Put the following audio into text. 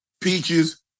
peaches